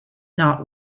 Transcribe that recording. not